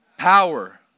Power